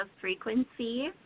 frequency